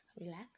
relax